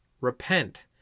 Repent